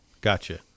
Gotcha